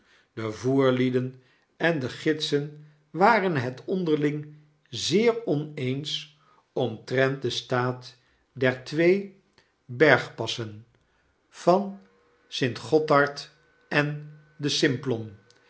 de voerlieden en de gidsen waren het onderling zeer oneens omtrent den staat der twee de tooht wordt langzaam vervolgt bergpassen van den st gothard en den